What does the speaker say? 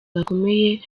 gakomeye